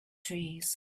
trees